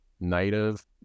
native